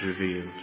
revealed